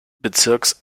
bezirks